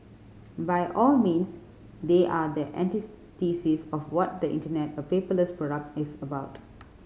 by all means they are the of what the Internet a paperless product is about